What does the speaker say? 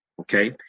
okay